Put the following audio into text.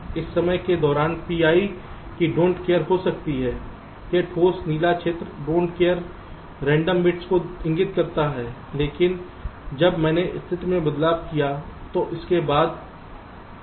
इस समय के दौरान PI की डोंट केयर don't care हो सकती है यह ठोस नीला क्षेत्र don't care don't care random bits को इंगित करता है लेकिन जब मैंने स्थिति में बदलाव किया है तो उसके बाद